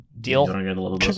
deal